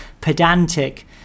pedantic